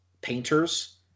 painters